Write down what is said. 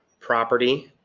property,